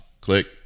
Click